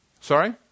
sorry